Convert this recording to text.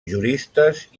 juristes